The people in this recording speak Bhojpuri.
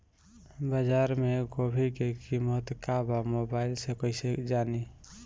बाजार में गोभी के कीमत का बा मोबाइल से कइसे जानी?